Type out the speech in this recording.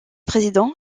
président